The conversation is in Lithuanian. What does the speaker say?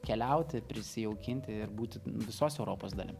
keliauti prisijaukinti ir būti visos europos dalim